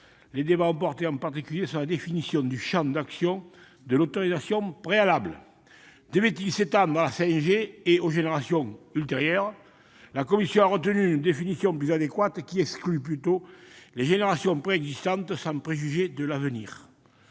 les débats ont porté, en première lecture, sur la définition du champ d'action de l'autorisation préalable. Devait-il s'étendre à la 5G et aux générations ultérieures ? La commission a retenu une définition plus adéquate qui exclut plutôt les générations préexistantes, sans préjuger l'avenir.